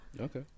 Okay